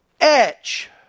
etch